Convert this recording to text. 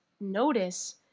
notice